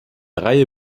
reihe